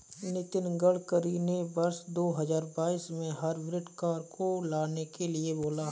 नितिन गडकरी ने वर्ष दो हजार बाईस में हाइब्रिड कार को लाने के लिए बोला